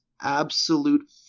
absolute